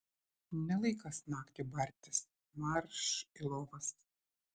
ne laikas naktį bartis marš į lovas